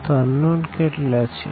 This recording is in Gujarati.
તો અનનોન કેટલા છે